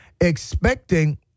Expecting